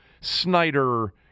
Snyder